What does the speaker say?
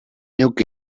neuk